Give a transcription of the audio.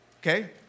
Okay